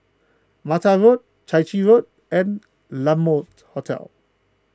Mata Road Chai Chee Road and La Mode Hotel